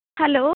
hello